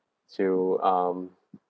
to um